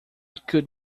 could